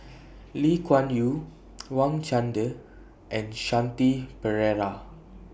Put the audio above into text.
Lee Kuan Yew Wang Chunde and Shanti Pereira